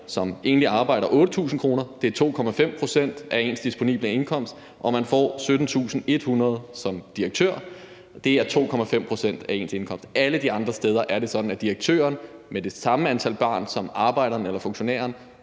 som enlig arbejder 8.000 kr., og det er 2,5 pct. af ens disponible indkomst, og man får 17.100 kr. som direktør, og det er 2,5 pct. af ens indkomst. Alle de andre steder er det sådan, at direktøren med det samme antal børn som arbejderne eller funktionæren